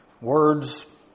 words